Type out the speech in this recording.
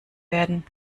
werden